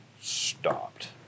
stopped